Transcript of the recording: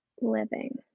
Living